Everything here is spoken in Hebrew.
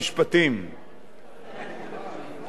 חבר הכנסת אלקין.